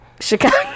Chicago